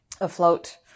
afloat